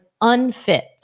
unfit